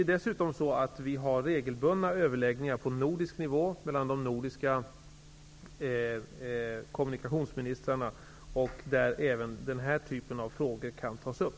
Dessutom sker regelbundna överläggningar på nordisk nivå mellan de nordiska kommunikationsministrarna, och där kan även denna typ av frågor tas upp.